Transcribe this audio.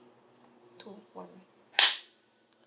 two one